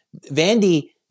Vandy